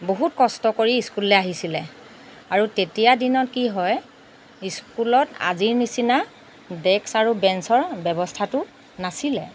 বহুত কষ্ট কৰি স্কুললৈ আহিছিলে আৰু তেতিয়া দিনত কি হয় স্কুলত আজিৰ নিচিনা ডেক্স আৰু বেঞ্চৰ ব্যৱস্থাটো নাছিলে